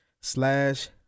slash